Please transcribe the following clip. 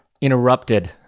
interrupted